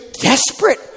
desperate